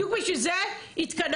בדיוק בשביל זה התכנסנו.